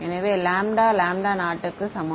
எனவே lambda lambda நாட்டுக்கு சமம்